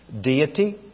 deity